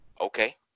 Okay